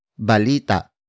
Balita